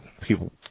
people